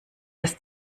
dass